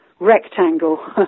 rectangle